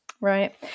Right